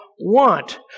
want